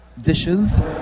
dishes